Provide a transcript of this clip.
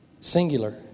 Singular